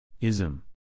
Ism